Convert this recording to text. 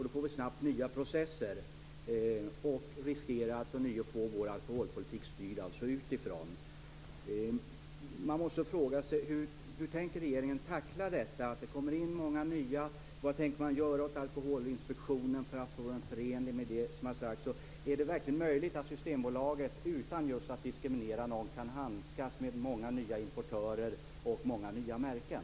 Då blir det snabbt nya processer, och vi riskerar att ånyo få Sveriges alkoholpolitik styrd utifrån. Vad tänker regeringen göra åt Alkoholinspektionen för att få den förenlig med det som har sagts? Är det verkligen möjligt att Systembolaget utan att diskriminera någon kan handskas med många nya importörer och många nya märken?